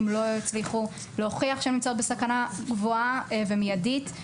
לא יצליחו להוכיח שהן נמצאות בסכנה גבוהה ומיידית.